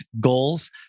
goals